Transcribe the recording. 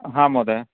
हा महोदय